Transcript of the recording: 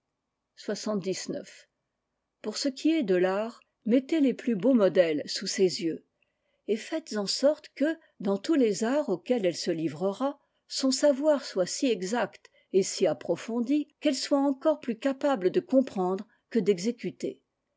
pour ce qui est de l'art mettez les plus beaux modèles sous ses yeux et faites en sorte que dans tous les arts auxquels elle se livrera son savoir soit si exact et siapprofondiqu'elle soit encorepluscapablé de comprendre que d'exécuter